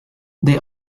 they